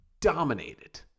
Dominated